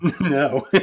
No